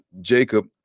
jacob